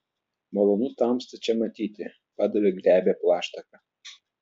malonu tamstą čia matyti padavė glebią plaštaką